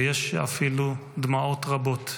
ויש אפילו דמעות רבות.